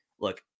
look